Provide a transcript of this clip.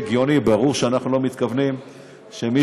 תודה רבה ליושב-ראש ועדת הפנים והגנת